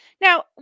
Now